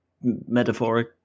metaphoric